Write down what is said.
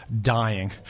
dying